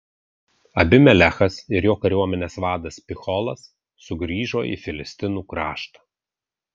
abimelechas ir jo kariuomenės vadas picholas sugrįžo į filistinų kraštą